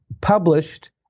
published